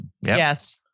Yes